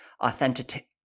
authentic